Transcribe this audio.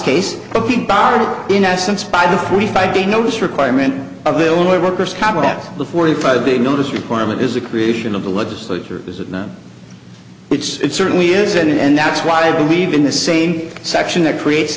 case looking barred in essence by the forty five day notice requirement of illinois workers comp that the forty five day notice requirement is a creation of the legislature is it not it's certainly is and that's why i believe in the same section that creates